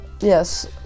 yes